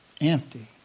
Empty